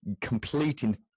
completing